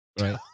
Right